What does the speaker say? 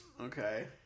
Okay